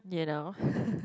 you know